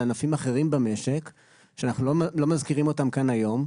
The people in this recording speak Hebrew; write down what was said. ענפים אחרים במשק שאנחנו לא מזכירים אותם כאן היום,